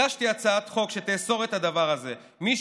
הגשתי הצעת חוק שתאסור את הדבר הזה מי